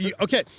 Okay